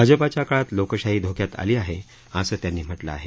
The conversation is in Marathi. भाजपाच्या काळात लोकशाही धोक्यात आली आहे असं त्यांनी म्हटलं आहे